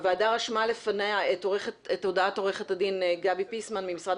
הוועדה רשמה לפניה את הודעת עורכת הדין גבי פיסמן ממשרד